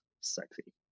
sexy